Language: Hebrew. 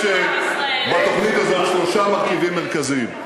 יש בתוכנית הזאת שלושה מרכיבים מרכזיים: